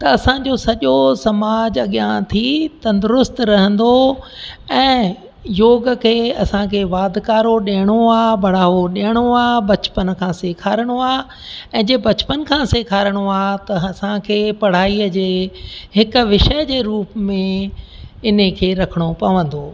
त असांजो सॼो समाज अॻियां थी तंदुरुस्त रहंदो ऐं योग खे असांखे वाधकारो ॾियणो आहे बढ़ावो ॾियणो आहे बचपन खां सेखारिणो आहे ऐं जंहिं बचपन खां सेखारिणो आहे त असांखे पढ़ाईअ जे हिक विषय जे रूप में हिनखे रखिणो पवंदो